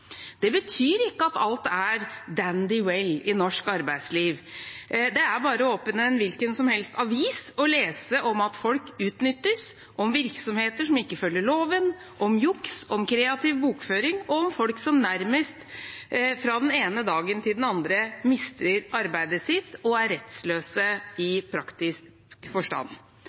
Det betyr ikke at alt er «dandy way» i norsk arbeidsliv. Det er bare å åpne en hvilken som helst avis og lese om at folk utnyttes, om virksomheter som ikke følger loven, om juks, om kreativ bokføring og om folk som nærmest fra den ene dagen til den andre mister arbeidet sitt og er rettsløse i praktisk forstand.